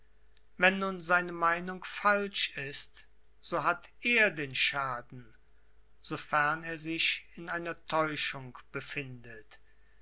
wenn nun seine meinung falsch ist so hat er den schaden sofern er sich in einer täuschung befindet